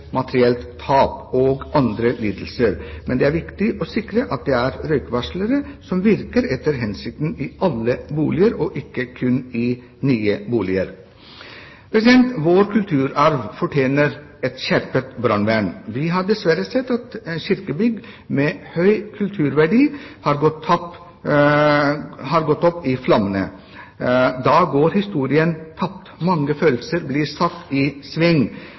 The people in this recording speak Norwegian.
materielt tap og andre lidelser. Det er viktig å sikre at det er røykvarslere som virker etter hensikten i alle boliger og ikke kun i nye boliger. Vår kulturarv fortjener et skjerpet brannvern. Vi har dessverre sett at kirkebygg med høy kulturverdi har gått opp i flammer. Da går historien tapt. Mange følelser blir satt i